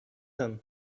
him